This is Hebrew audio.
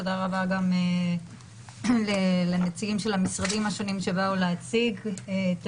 תודה רבה גם לנציגים של המשרדים השונים שבאו להציג את